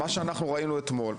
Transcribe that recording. מה שאנחנו ראינו אתמול,